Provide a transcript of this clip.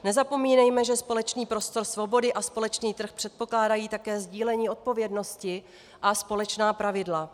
Nezapomínejme, že společný prostor svobody a společný trh předpokládají také sdílení odpovědnosti a společná pravidla.